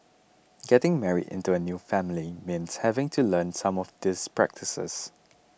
getting married into a new family means having to learn some of these practices